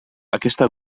aquesta